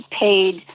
paid